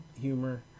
humor